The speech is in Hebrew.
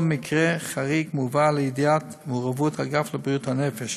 כל מקרה חריג מובא לידיעתו ולמעורבותו של האגף לבריאות הנפש,